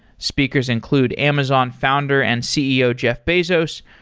speakers include amazon founder and ceo, jeff bezos.